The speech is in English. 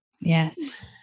yes